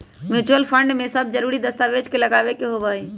mutual fund में सब जरूरी दस्तावेज लगावे के होबा हई